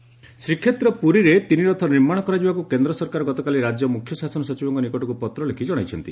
ରଥ ନିର୍ମାଣ ଶ୍ରୀକ୍ଷେତ୍ର ପୁରୀରେ ତିନି ରଥ ନିର୍ମାଣ କରାଯିବାକୁ କେନ୍ଦ୍ର ସରକାର ଗତକାଲି ରାକ୍ୟ ମୁଖ୍ୟ ଶାସନ ସଚିବଙ୍ଙ ନିକଟକୁ ପତ୍ର ଲେଖ ଜଣାଇଛନ୍ତି